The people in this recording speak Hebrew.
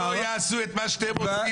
אם לא יעשו את מה שאתם עושים,